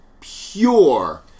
pure